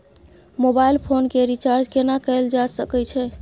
Mobile phone के recharge केना कैल जा सकै छै?